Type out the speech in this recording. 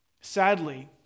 Sadly